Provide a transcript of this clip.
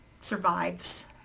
survives